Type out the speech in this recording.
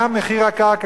מה מחיר הקרקע,